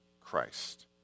Christ